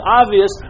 obvious